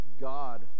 God